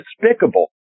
despicable